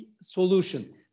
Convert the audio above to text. solution